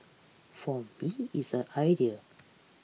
for me is a ideal